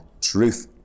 truth